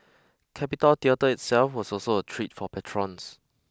Capitol Theatre itself was also a treat for patrons